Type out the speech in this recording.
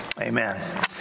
Amen